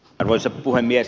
arvoisa puhemies